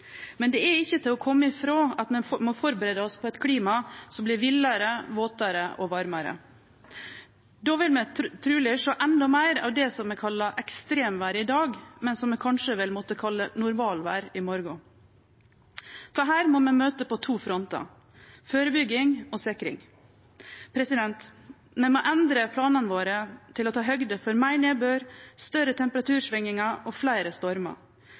men det er ikkje til å kome ifrå at me må førebu oss på eit klima som vert villare, våtare og varmare. Då vil me truleg sjå endå meir av det som me kallar «ekstremvêr» i dag, men som me kanskje vil måtte kalle «normalvêr» i morgon. Dette må me møte på to frontar: førebygging og sikring. Me må endre planane våre til å ta høgde for meir nedbør, større temperatursvingingar og fleire stormar.